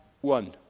one